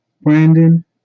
Brandon